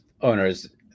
owners